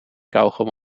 kauwgom